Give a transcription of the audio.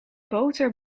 boter